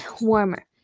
warmer